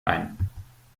ein